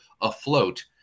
afloat